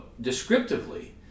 descriptively